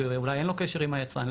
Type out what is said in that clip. שאולי אין לו קשר עם היצרן.